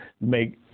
make